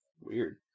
weird